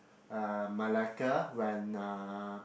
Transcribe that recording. uh Malacca when uh